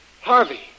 Harvey